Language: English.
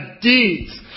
deeds